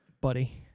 buddy